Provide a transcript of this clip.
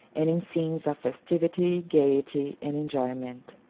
and in scenes of festivity, gayety, and enjoyment.